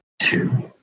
two